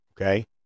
okay